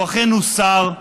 והוא אכן הוסר.